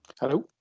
hello